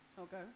Okay